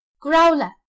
growler